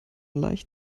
leicht